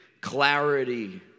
clarity